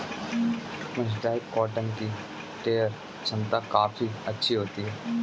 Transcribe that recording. mercerised cotton की tear छमता काफी अच्छी होती है